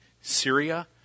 Syria